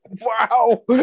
wow